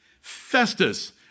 Festus